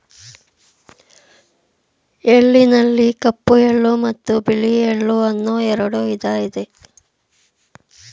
ಎಳ್ಳಿನಲ್ಲಿ ಕಪ್ಪು ಎಳ್ಳು ಮತ್ತು ಬಿಳಿ ಎಳ್ಳು ಅನ್ನೂ ಎರಡು ವಿಧ ಇದೆ